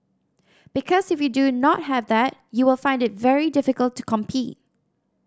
because if you do not have that you will find it very difficult to compete